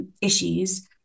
issues